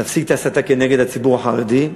להפסיק את ההסתה נגד הציבור החרדי,